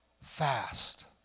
Fast